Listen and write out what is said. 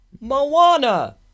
Moana